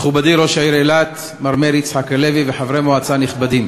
מכובדי ראש העיר אילת מר מאיר יצחק הלוי וחברי מועצה נכבדים,